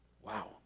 Wow